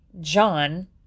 John